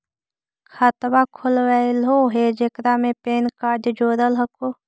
खातवा खोलवैलहो हे जेकरा मे पैन कार्ड जोड़ल हको?